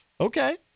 Okay